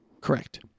Correct